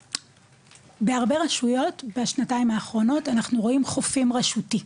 בהרבה רשויות בשנתיים האחרונות אנחנו רואים "חופים" רשותי,